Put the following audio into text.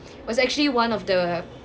was actually one of the